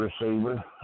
receiver